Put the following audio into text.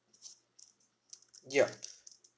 yup